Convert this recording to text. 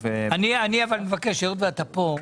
אני איתך, אבל בקטע יותר ספציפי.